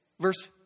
Verse